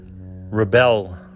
rebel